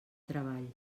treball